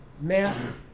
math